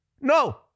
no